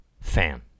fan